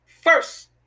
first